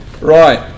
Right